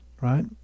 right